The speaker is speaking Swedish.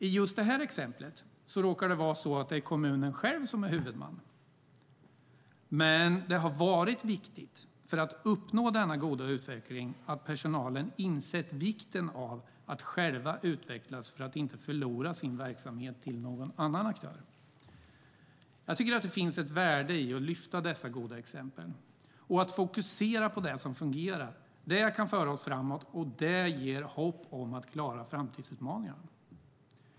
I just det här exemplet råkar det vara så att det är kommunen själv som är huvudman, men för att uppnå denna goda utveckling har det varit viktigt att personalen har insett vikten av att själva utvecklas för att inte förlora sin verksamhet till någon annan aktör. Jag tycker det finns ett värde i att lyfta upp dessa goda exempel och fokusera på det som fungerar. Det kan föra oss framåt, och det ger hopp om att klara framtidsutmaningarna.